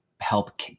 help